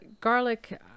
garlic